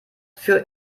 für